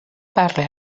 parle